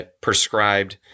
prescribed